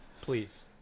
Please